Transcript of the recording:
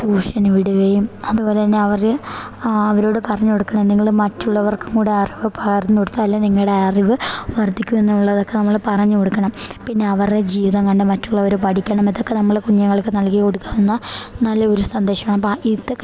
ട്യൂഷന് വിടുകയും അതുപോലെ തന്നെ അവര് അവരോട് പറഞ്ഞു കൊടുക്കണം നിങ്ങൾ മറ്റുള്ളവർക്കും കൂടെ അറിവ് പകർന്നു കൊടുത്താലേ നിങ്ങളുടെ അറിവ് വർദ്ധിക്കുമെന്നുള്ളതൊക്കെ നമ്മൾ പറഞ്ഞു കൊടുക്കണം പിന്നെ അവരുടെ ജീവിതം കണ്ട് മറ്റുള്ളവര് പഠിക്കണം ഇതൊക്കെ നമ്മള് കുഞ്ഞുങ്ങൾക്ക് നൽകി കൊടുക്കാവുന്ന നല്ലൊരു സന്ദേശമാണ് അപ്പം ഇതൊക്കെ